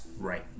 right